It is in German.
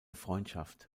freundschaft